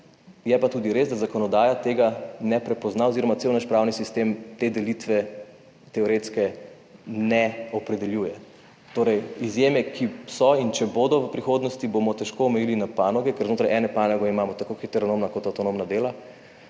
je pa tudi res, da zakonodaja tega ne prepozna oziroma cel naš pravni sistem te delitve teoretske ne opredeljuje. Torej, izjeme ki so, in če bodo v prihodnosti, bomo težko omejili na panoge, ker znotraj ene panoge imamo tako heteronomna kot avtonomna dela.